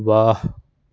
واہ